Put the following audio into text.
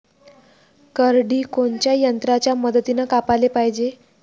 करडी कोनच्या यंत्राच्या मदतीनं कापाले पायजे?